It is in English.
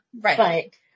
Right